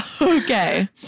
Okay